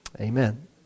Amen